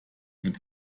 mit